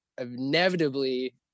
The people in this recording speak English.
inevitably